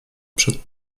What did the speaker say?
przed